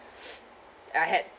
I had